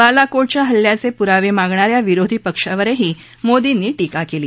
बालाकोटच्या हल्ल्याचे पुरावे मागणा या विरोधी पक्षावरही मोदींनी टीका केली